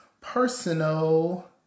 personal